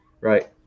right